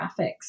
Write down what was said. graphics